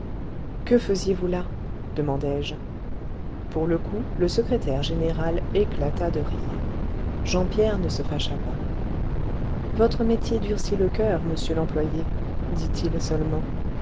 que faisiez-vous là demandai-je pour le coup le secrétaire général éclata de rire jean pierre ne se fâcha pas votre métier durcit le coeur monsieur l'employé dit-il seulement